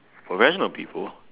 professional people